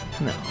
No